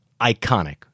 iconic